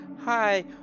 hi